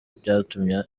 byatumye